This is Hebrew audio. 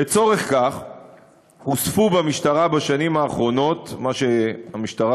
לצורך זה הוספו במשטרה בשנים האחרונות מה שהמשטרה